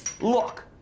Look